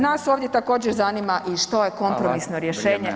Nas ovdje također, zanima i što je kompromisno rješenje